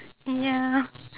ya